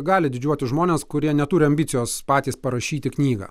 gali didžiuotis žmonės kurie neturi ambicijos patys parašyti knygą